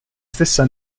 stessa